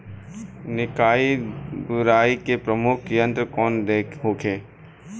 निकाई गुराई के प्रमुख यंत्र कौन होखे?